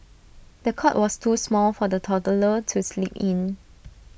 the cot was too small for the toddler to sleep in